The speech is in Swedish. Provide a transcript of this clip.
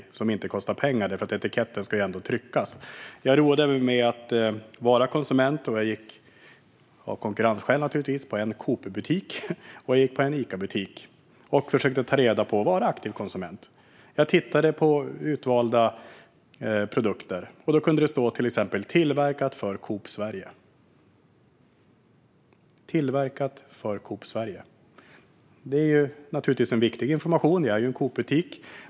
Den kostar inte heller pengar. Etiketten ska ändå tryckas. Jag roade mig med att vara konsument. Av konkurrensskäl gick jag till en Coopbutik och en Icabutik. Jag försökte vara en aktiv konsument och tittade på utvalda produkter. Där kunde det till exempel stå: Tillverkad för Coop Sverige. Det är naturligtvis viktig information. Jag är ju i en Coopbutik.